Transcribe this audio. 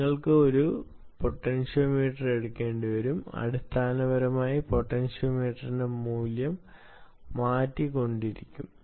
നിങ്ങൾക്ക് ഒരു പോറ്റൻഷ്യോമീറ്റർ എടുക്കുക അടിസ്ഥാനപരമായി പൊട്ടൻഷ്യോമീറ്ററിന്റെ മൂല്യം മാറ്റിക്കൊണ്ടിരിക്കും